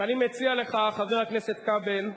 אני מציע לך, חבר הכנסת כבל,